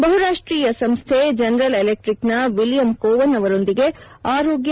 ಬಹುರಾಷ್ಟೀಯ ಸಂಸ್ದೆ ಜನರಲ್ ಎಲೆಕ್ಟಿಕ್ನ ವಿಲಿಯಂ ಮೊ ಕೋವನ್ ಅವರೊಂದಿಗೆ ಆರೋಗ್ಯ